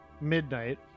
midnight